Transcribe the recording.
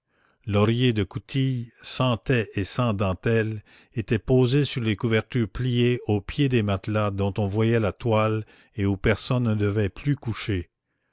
l'oreiller de coutil sans taie et sans dentelles était posé sur les couvertures pliées au pied des matelas dont on voyait la toile et où personne ne devait plus coucher